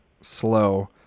slow